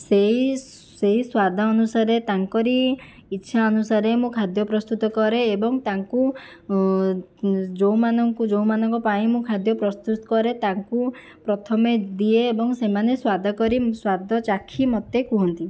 ସେହି ସେହି ସ୍ୱାଦ ଅନୁସାରେ ତାଙ୍କରି ଇଚ୍ଛା ଅନୁସାରେ ମୁଁ ଖାଦ୍ୟ ପ୍ରସ୍ତୁତ କରେ ଏବଂ ତାଙ୍କୁ ଯେଉଁମାନଙ୍କୁ ଯେଉଁମାନଙ୍କ ପାଇଁ ମୁଁ ଖାଦ୍ୟ ପ୍ରସ୍ତୁତ କରେ ତାଙ୍କୁ ପ୍ରଥମେ ଦିଏ ଏବଂ ସେମାନେ ସ୍ୱାଦ କରି ସ୍ୱାଦ ଚାଖି ମୋତେ କହନ୍ତି